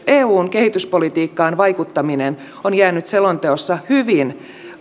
eun kehityspolitiikkaan vaikuttaminen on jäänyt selonteossa hyvin